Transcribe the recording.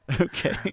Okay